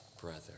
brother